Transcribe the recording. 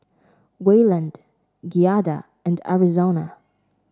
Wayland Giada and Arizona